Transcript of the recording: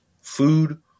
food